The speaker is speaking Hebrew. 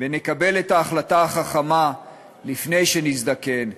ונקבל את ההחלטה החכמה לפני שנזדקן,